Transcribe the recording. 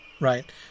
right